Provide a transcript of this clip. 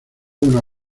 una